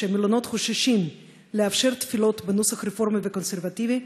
כשמלונות חוששים לאפשר תפילות בנוסח רפורמי וקונסרבטיבי,